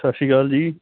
ਸਤਿ ਸ਼੍ਰੀ ਅਕਾਲ ਜੀ